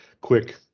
quick